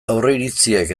aurreiritziek